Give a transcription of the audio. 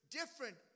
different